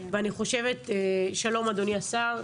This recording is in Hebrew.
ואני חושבת שלום אדוני השר,